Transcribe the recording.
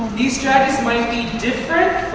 these strategies might be different